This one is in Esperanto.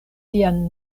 lian